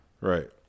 Right